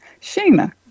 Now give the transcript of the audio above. Sheena